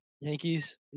Yankees